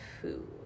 food